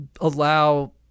allow